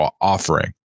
offering